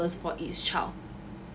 for each child